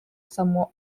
somewhat